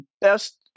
best